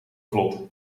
vlot